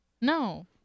No